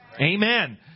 Amen